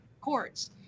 courts